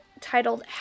titled